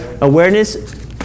Awareness